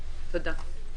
תודה.